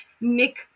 Nick